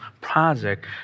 project